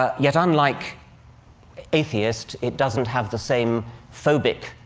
ah yet unlike atheist, it doesn't have the same phobic,